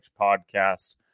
Podcast